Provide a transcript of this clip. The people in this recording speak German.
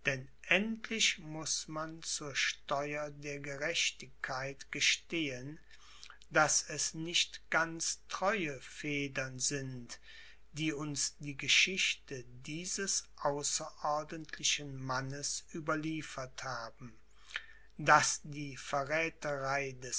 endlich muß man zur steuer der gerechtigkeit gestehen daß es nicht ganz treue federn sind die uns die geschichte dieses außerordentlichen mannes überliefert haben daß die